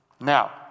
Now